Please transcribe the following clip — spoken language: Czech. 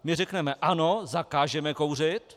My řekneme: Ano, zakážeme kouřit.